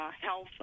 health